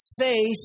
Faith